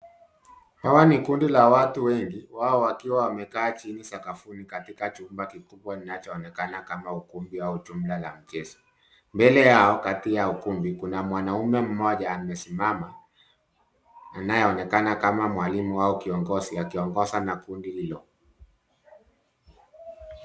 Hawa ni kundi la watu wengi wao wakiwa wamekaa chini sakafuni katika chumba kikubwa inachoonekana kama ukumbi au jumla la mchezo. Mbele yao kati ya ukumbi kuna mwanaume mmoja amesimama anayeonekana kama mwalimu au kiongozi akiongoza na kundi hilo.